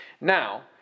Now